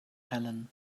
helen